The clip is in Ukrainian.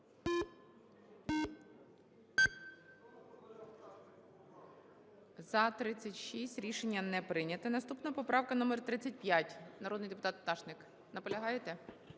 За-36 Рішення не прийнято. Наступна поправка - номер 35, народний депутат… Наполягаєте?